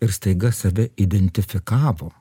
ir staiga save identifikavo